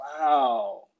wow